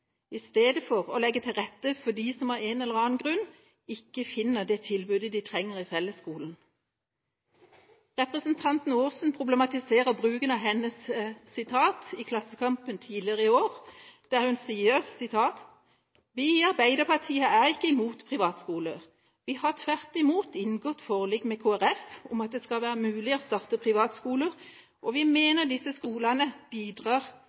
å legge til rette for dem som av en eller annen grunn ikke finner det tilbudet de trenger i fellesskolen. Representanten Aasen problematiserer bruken av hennes sitat i Klassekampen tidligere i år, der hun sier: «Vi i Arbeiderpartiet er ikke imot privatskoler. Vi har tvert imot inngått et forlik med KrF om at det skal være mulig å starte privatskoler, og vi mener disse skolene bidrar